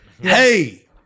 Hey